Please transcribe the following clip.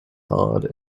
hard